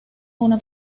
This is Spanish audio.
una